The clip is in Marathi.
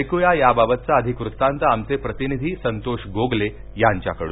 ऐक्या याबाबतचा अधिक वृत्तांत आमचे प्रतिनिधी संतोष गोगले यांच्याकडून